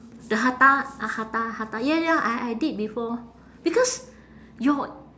the hatha hatha hatha ya ya I I did before because your